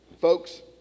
Folks